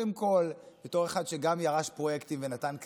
קודם כול, בתור אחד שגם ירש פרויקטים ונתן קרדיט,